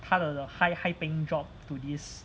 她的 high high paying job to this